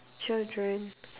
children